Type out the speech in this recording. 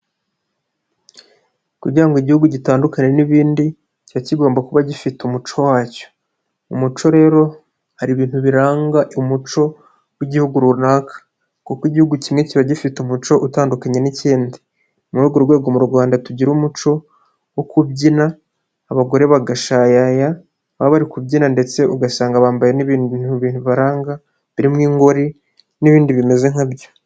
Kugira ngo igihugu gitandukane n'ibindi kiba kigomba kuba gifite umuco wacyo. umuco rero hari ibintu biranga umuco w'igihugu runaka kuko igihugu kimwe kiba gifite umuco utandukanye n'ikindi, muri urwo rwego mu Rwanda tugira umuco wo kubyina abagore bagashayaya baba bari kubyina ndetse ugasanga bambaye n'ibindi bintu bibaranga birimo ingori n'ibindi bimeze nkabyo.